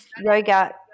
yoga